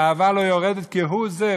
האהבה לא יורדת כהוא זה.